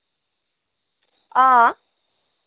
हां